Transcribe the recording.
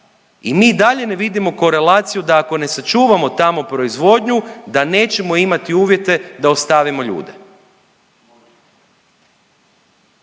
I mi i dalje ne vidimo korelaciju, da ako ne sačuvamo tamo proizvodnju, da nećemo imati uvjete da ostavimo ljude.